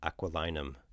aquilinum